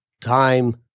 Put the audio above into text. Time